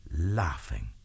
laughing